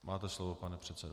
Máte slovo, pane předsedo.